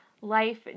life